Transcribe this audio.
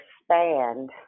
expand